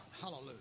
Hallelujah